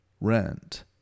rent